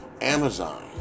Amazon